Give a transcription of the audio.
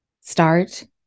start